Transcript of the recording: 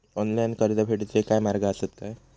Online कर्ज फेडूचे काय मार्ग आसत काय?